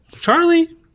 Charlie